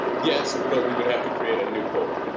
yes but we would have to create a new poll.